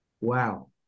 wow